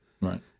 Right